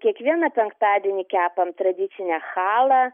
kiekvieną penktadienį kepam tradicinę chalą